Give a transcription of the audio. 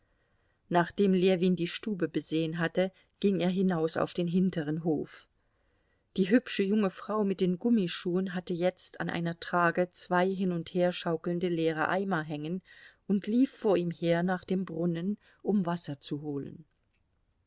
nachdem ljewin die stube besehen hatte ging er hinaus auf den hinteren hof die hübsche junge frau mit den gummischuhen hatte jetzt an einer trage zwei hin und her schaukelnde leere eimer hängen und lief vor ihm her nach dem brunnen um wasser zu holen